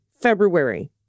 February